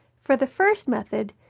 for the first method,